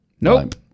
Nope